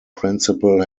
principle